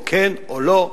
כן או לא?